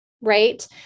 right